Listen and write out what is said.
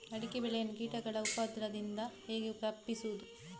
ಅಡಿಕೆ ಬೆಳೆಯನ್ನು ಕೀಟಗಳ ಉಪದ್ರದಿಂದ ಹೇಗೆ ತಪ್ಪಿಸೋದು?